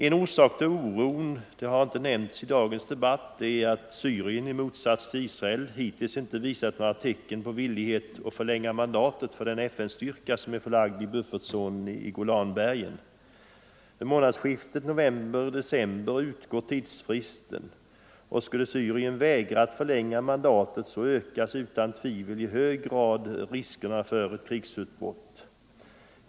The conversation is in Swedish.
En orsak till oron — det har inte nämnts i dagens debatt — är att Syrien i motsats till Israel hittills inte visat några tecken på villighet att förlänga mandatet för den FN-styrka som är förlagd i buffertzonen i Golanbergen. Vid månadsskiftet november-december utgår tidsfristen. Skulle Syrien vägra att förlänga mandatet ökas utan tvivel i hög grad riskerna för ett krigsutbrott.